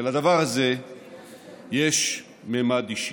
ולדבר הזה יש ממד אישי.